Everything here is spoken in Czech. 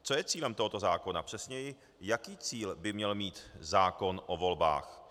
Co je cílem tohoto zákona, přesněji jaký cíl by měl mít zákon o volbách?